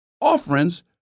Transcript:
offerings